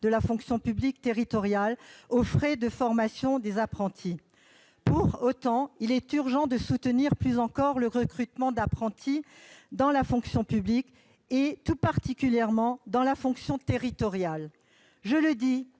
de la fonction publique territoriale (CNFPT) aux frais de formation des apprentis. Pour autant, il est urgent de soutenir plus encore le recrutement d'apprentis dans la fonction publique, tout particulièrement dans la fonction publique territoriale. Je le dis